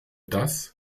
das